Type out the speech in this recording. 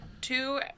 two